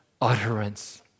utterance